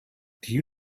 you